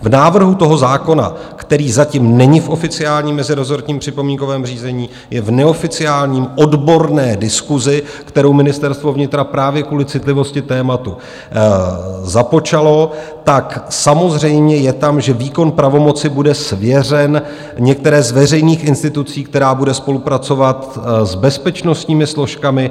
V návrhu zákona, který zatím není v oficiálním mezirezortním připomínkovém řízení je v neoficiální odborné diskusi, kterou Ministerstvo vnitra právě kvůli citlivosti tématu započalo je samozřejmé, že výkon pravomoci bude svěřen některé z veřejných institucí, která bude spolupracovat s bezpečnostními složkami.